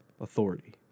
authority